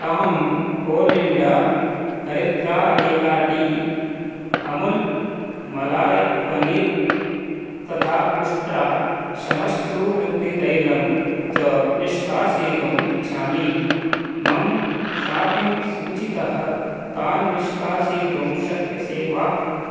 अहम् ओलिण्डा हरिद्रा एला टी अमुल् मलाय पनिर् तथा उष्ट्रा शमश्रूवृद्धितैलम् च निष्कासयितुम् इच्छामि मम शापिङ्ग् सूचितः तान् निष्कासयितुं शक्यसे वा